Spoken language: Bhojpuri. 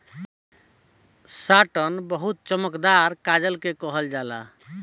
साटन बहुत चमकदार कागज के कहल जाला